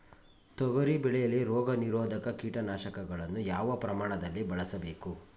ತೊಗರಿ ಬೆಳೆಯಲ್ಲಿ ರೋಗನಿರೋಧ ಕೀಟನಾಶಕಗಳನ್ನು ಯಾವ ಪ್ರಮಾಣದಲ್ಲಿ ಬಳಸಬೇಕು?